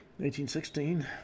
1816